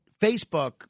Facebook